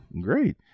Great